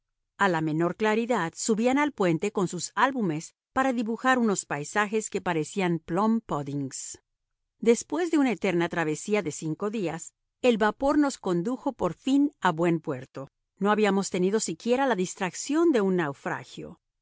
a la menor claridad subían al puente con sus álbumes para dibujar unos paisajes que parecían plum puddings después de una eterna travesía de cinco días el vapor nos condujo por fin a buen puerto no habíamos tenido siquiera la distracción de un naufragio